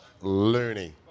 loony